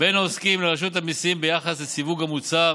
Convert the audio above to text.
בין העוסקים לרשות המיסים ביחס לסיווג המוצר